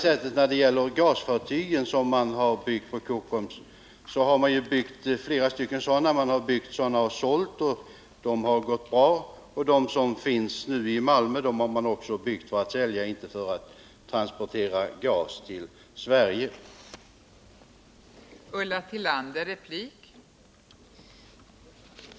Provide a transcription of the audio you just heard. Av de gasfartyg Kockums har byggt har man sålt en del, och det har gått bra. De som nu ligger i Malmö har man också byggt för att sälja, inte för att transportera gas till Sverige med.